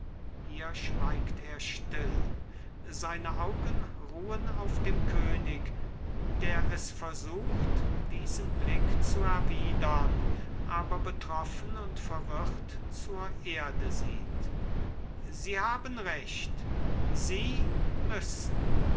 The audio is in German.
hier schweigt er still seine augen ruhen auf dem könig der es versucht diesen blick zu erwidern aber betroffen und verwirrt zur erde sieht sie haben recht sie müssen